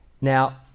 Now